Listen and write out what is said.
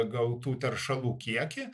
gautų teršalų kiekį